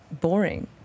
boring